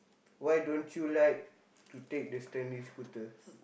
why don't you like to take the standing scooter